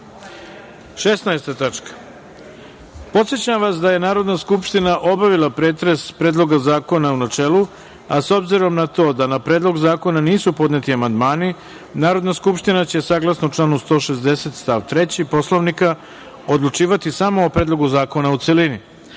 reda. Podsećam vas da je Narodna skupština obavila pretres Predloga zakona u načelu, a s obzirom na to da na Predlog zakona nisu podneti amandmani, Narodna skupština će, saglasno članu 160. stav 3. Poslovnika, odlučivati samo o Predlogu zakona u